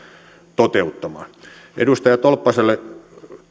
toteuttamaan edustaja tolppaselle